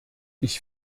ich